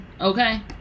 okay